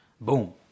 boom